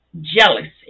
jealousy